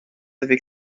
avec